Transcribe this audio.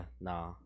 nah